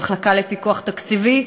למחלקה לפיקוח תקציבי,